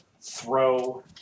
throw